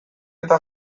eta